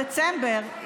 בדצמבר,